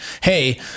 hey